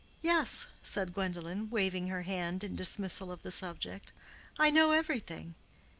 yes, said gwendolen, waving her hand in dismissal of the subject i know everything.